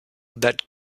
that